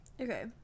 Okay